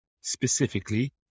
Specifically